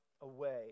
away